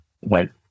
went